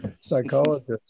psychologist